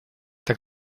так